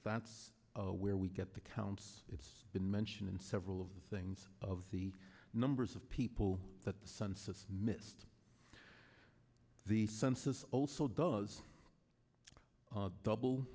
that's where we get the counts it's been mentioned in several of the things of the numbers of people that census missed the census also does double